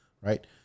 right